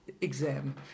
exam